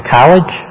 college